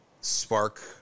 spark